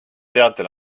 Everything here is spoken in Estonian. teatel